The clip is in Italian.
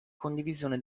condivisione